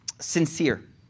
sincere